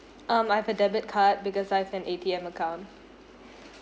um I have a debit card because I have an A_T_M account